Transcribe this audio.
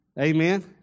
Amen